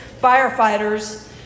firefighters